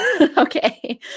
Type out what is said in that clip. okay